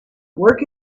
work